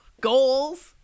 goals